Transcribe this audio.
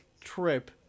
trip